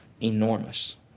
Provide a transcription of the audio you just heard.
Enormous